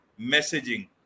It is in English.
messaging